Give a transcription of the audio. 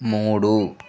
మూడు